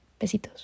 Besitos